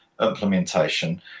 implementation